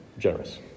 generous